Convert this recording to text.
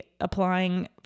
applying